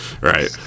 right